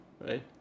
right